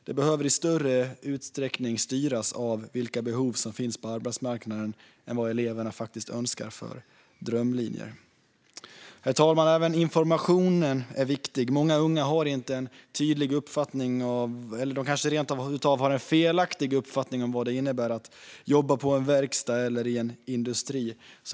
Det behöver i större utsträckning styras av vilka behov som finns på arbetsmarknaden än vilka drömlinjer eleverna har. Herr talman! Information är också viktigt. Många unga har ingen tydlig uppfattning - den kanske till och med är felaktig - om vad det innebär att jobba på en verkstad eller inom industrin.